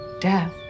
death